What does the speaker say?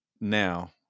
now